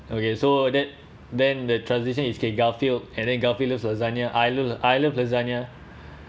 okay so then then the transition is okay garfield and then garfield love lasagna I I love I love lasagna